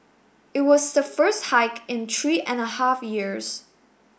it was the first hike in three and a half years